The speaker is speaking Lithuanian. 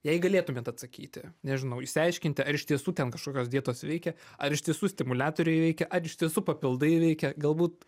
jei galėtumėt atsakyti nežinau išsiaiškinti ar iš tiesų ten kažkokios dietos veikia ar iš tiesų stimuliatoriai veikia ar iš tiesų papildai veikia galbūt